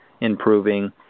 improving